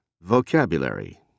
Vocabulary